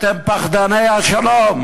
אתם פחדני השלום.